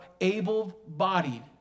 able-bodied